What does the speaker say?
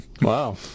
Wow